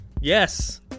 Yes